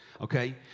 okay